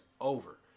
over